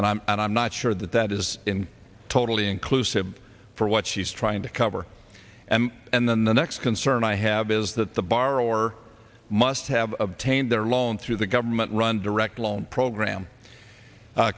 and i'm and i'm not sure that that is in a totally inclusive for what she's trying to cover and and then the next concern i have is that the bar or must have obtained their loan through the government run direct loan program